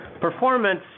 Performance